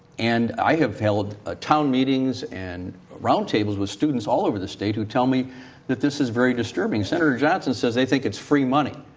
and i have held ah town meetings and roundtables with students all over the state who tell me this is very disturbing. senator johnson said they think it's free money.